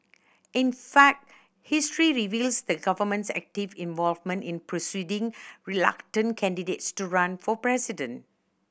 in fact history reveals the government's active involvement in persuading reluctant candidates to run for president